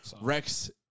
Rex